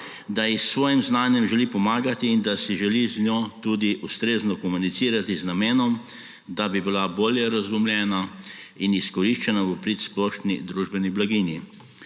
da ji s svojim znanjem želi pomagati in da si želi z njo tudi ustrezno komunicirati z namenom, da bi bila bolje razumljena in izkoriščena v prid splošni družbeni blaginji.